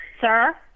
Sir